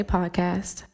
Podcast